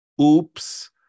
oops